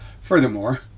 Furthermore